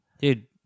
Dude